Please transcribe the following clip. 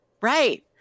right